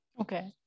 Okay